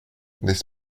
n’est